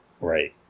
Right